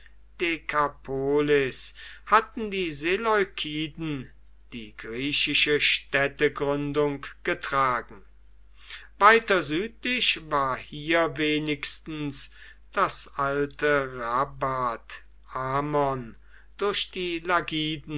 dekapolis hatten die seleukiden die griechische städtegründung getragen weiter südlich war hier wenigstens das alte rabbath ammon durch die lagiden